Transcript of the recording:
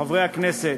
חברי הכנסת,